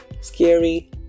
scary